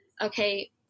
okay